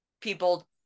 people